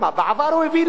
בעבר הוא הבין למה,